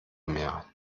mehr